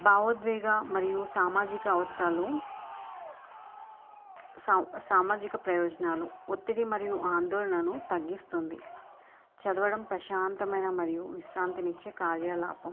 భావోద్వేగా మరియు సామాజిక అవసరాలు సా సామాజిక ప్రయోజనాలు ఒత్తిడి మరియు ఆందోళనను తగ్గిస్తుంది చదవడం ప్రశాంతమైన మరియు విశ్రాంతినిచ్చే కార్యాలలాపం